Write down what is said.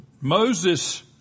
Moses